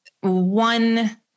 one